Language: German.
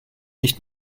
nicht